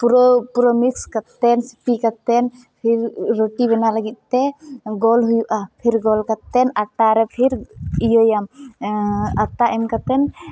ᱯᱩᱨᱟᱹ ᱯᱩᱨᱟᱹ ᱢᱤᱥ ᱠᱟᱛᱮᱫ ᱥᱤᱯᱤ ᱠᱟᱛᱮᱫ ᱯᱷᱤᱨ ᱨᱩᱴᱤ ᱵᱮᱱᱟᱣ ᱞᱟ ᱜᱤᱫᱛᱮ ᱜᱳᱞ ᱦᱩᱭᱩᱜᱼᱟ ᱯᱷᱤᱨ ᱜᱳᱞ ᱠᱟᱛᱮᱫ ᱟᱴᱟᱨᱮ ᱯᱷᱤᱨ ᱤᱭᱟᱹᱭᱟᱢ ᱟᱴᱟ ᱮᱢ ᱠᱟᱛᱮᱫ